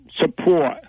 support